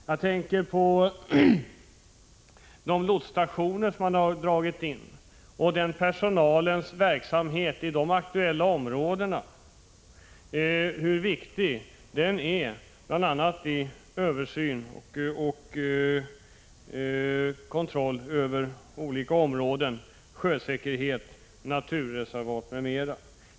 Jag tänker också på de lotsstationer som man har dragit in och hur viktig lotspersonalens verksamhet i de aktuella områdena är, bl.a. för översyn och kontroll av olika områden, sjösäkerhet, tillsyn av naturreservat, m.m.